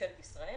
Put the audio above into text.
ממשלת ישראל.